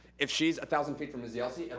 if she's a thousand feet from miss yelsey, and